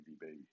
Baby